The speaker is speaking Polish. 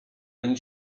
ani